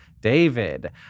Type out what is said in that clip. David